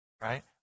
right